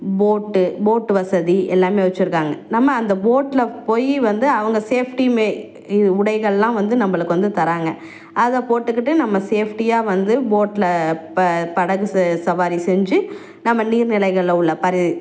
போட்டு போட் வசதி எல்லாமே வச்சிருக்காங்கள் நம்ம அந்த போட்ல போய் வந்து அவங்க சேஃப்டி மாரி இது உடைகள்லாம் வந்து நம்மளுக்கு வந்து தராங்கள் அதை போட்டுக்கிட்டு நம்ம சேஃப்டியாக வந்து போட்ல ப படகு ச சவாரி செஞ்சு நம்ம நீர்நிலைகள்ல உள்ள பரு